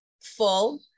full